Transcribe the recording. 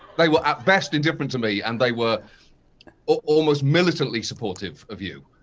they were at best indifferent to me and they were almost militantly supportive of you.